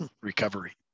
recovery